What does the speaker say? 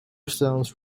songs